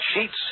sheets